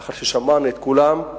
לאחר ששמענו את כולם,